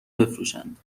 بفروشند